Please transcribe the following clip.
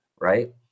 Right